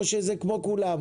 או שזה כמו כולם?